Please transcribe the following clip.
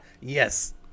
yes